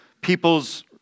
people's